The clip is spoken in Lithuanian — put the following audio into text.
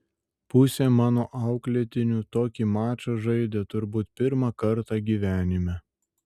pusė mano auklėtinių tokį mačą žaidė turbūt pirmą kartą gyvenime